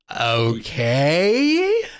Okay